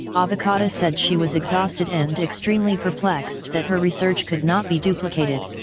ah obokata said she was exhausted and extremely perplexed that her research could not be duplicated.